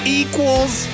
equals